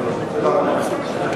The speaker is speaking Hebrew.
תודה רבה.